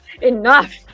Enough